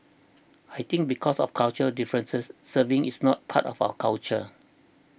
I think because of cultural differences serving is not part of our culture